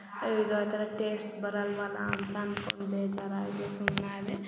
ಇದು ಆ ಥರ ಟೇಸ್ಟ್ ಬರಲ್ವಲ್ಲಾ ಅಂತ ಅನ್ಕೊಂಡು ಬೇಜಾರಾಗಿ ಸುಮ್ಮನಾದೆ